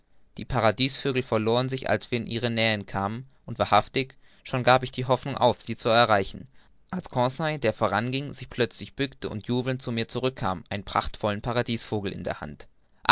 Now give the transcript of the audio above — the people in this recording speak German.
die paradiesvögel verloren sich als wir in die nähe kamen und wahrhaftig schon gab ich die hoffnung auf sie zu erreichen als conseil der voran ging sich plötzlich bückte und jubelnd zu mir zurückkam einen prachtvollen paradiesvogel in der hand